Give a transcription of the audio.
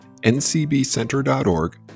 ncbcenter.org